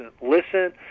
listen